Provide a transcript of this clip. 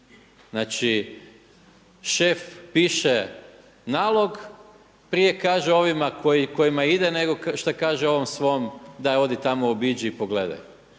Znači šef piše nalog, prije kaže ovima kojima ide nego što kaže ovom svom daj odi tamo obiđi i pogledaj.